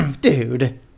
Dude